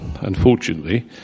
Unfortunately